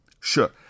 Sure